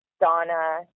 Donna